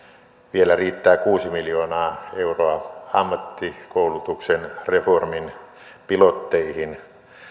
vielä riittää kuusi miljoonaa euroa ammattikoulutuksen reformin pilotteihin